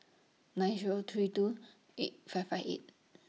nine Zero three two eight five five eight